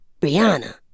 Brianna